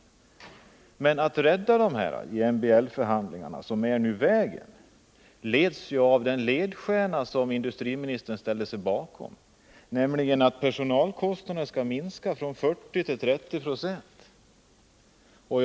Men det är inte lätt att rädda de här människorna i MBL-förhandlingarna, där ledstjärnan är den som industriministern ställde sig bakom, nämligen att personalkostnaderna skall minska från 40 till 30 96.